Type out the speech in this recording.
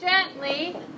gently